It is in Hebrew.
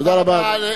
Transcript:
תודה רבה, אדוני.